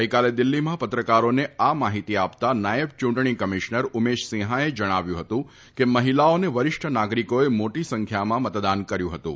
ગઈકાલે દિલ્ફીમાં પત્રકારોને આ માહિતી આપતા નાયબ ચૂંટણી કમિશનર ઉમેશ સિંફાએ જણાવ્યું ફતું કે મહિલાઓ અને વરિષ્ઠ નાગરિકોએ મોટી સંખ્યામાં મતદાન કર્યું હતું